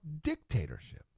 dictatorship